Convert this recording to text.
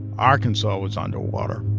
arkansas was underwater,